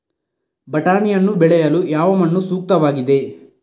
ಬಟಾಣಿಯನ್ನು ಬೆಳೆಯಲು ಯಾವ ಮಣ್ಣು ಸೂಕ್ತವಾಗಿದೆ?